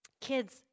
Kids